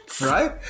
Right